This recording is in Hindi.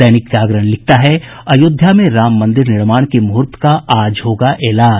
दैनिक जागरण लिखता है अयोध्या में राम मंदिर निर्माण के मुहूर्त का आज होगा ऐलान